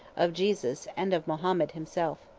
of jesus, and of mahomet himself.